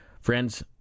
Friends